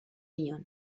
nion